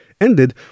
ended